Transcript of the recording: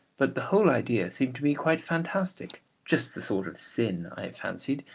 but the whole idea seemed to me quite fantastic, just the sort of sin, i fancied,